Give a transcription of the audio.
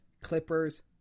Clippers